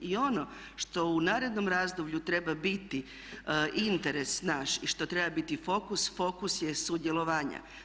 I ono što u narednom razdoblju treba biti interes nas i što treba biti fokus, fokus je sudjelovanja.